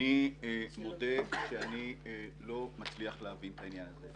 אני מודה שאני לא מצליח להבין את העניין הזה.